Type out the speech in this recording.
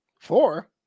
Four